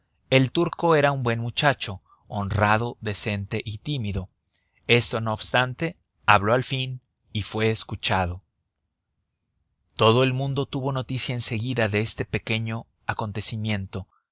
el turco era un buen muchacho honrado decente y tímido esto no obstante habló al fin y fue escuchado todo el mundo tuvo noticia en seguida de este pequeño contecimiento